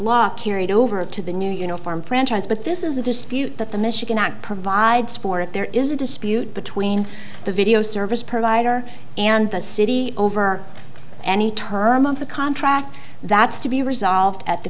law carried over to the new uniform franchise but this is a dispute that the michigan act provides for if there is a dispute between the video service provider and the city over any term of the contract that's to be resolved at the